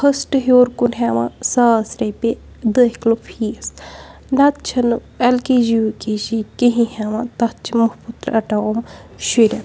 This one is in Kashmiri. فٔسٹہٕ ہیوٚر کُن ہیٚوان ساس رۄپیہِ دٲخِلُک فیٖس نَتہٕ چھنہٕ L K G U K G کِہیٖنۍ ہیٚوان تَتھ چھِ مُفُت رٹان ایِم شُرٮ۪ن